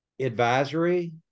advisory